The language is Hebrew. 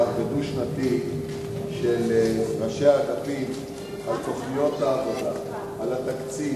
השר ודו-שנתי של ראשי האגפים על תוכניות העבודה,